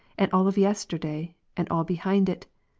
and all of yesterday, and all behind it.